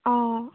অঁ